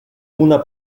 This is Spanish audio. una